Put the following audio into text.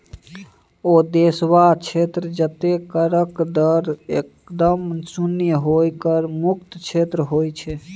ओ देश वा क्षेत्र जतय करक दर एकदम शुन्य होए कर मुक्त क्षेत्र होइत छै